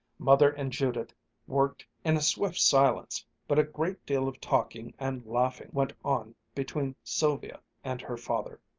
mother and judith worked in a swift silence, but a great deal of talking and laughing went on between sylvia and her father,